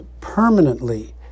permanently